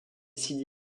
sidi